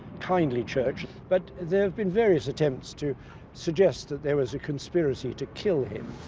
kindly church. but there have been various attempts to suggest that there was a conspiracy to kill him.